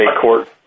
court